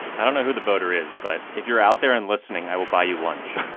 i don't know who the voter is, but if you're out there and listening, i will buy you lunch.